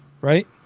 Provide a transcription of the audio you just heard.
right